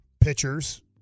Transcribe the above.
pitchers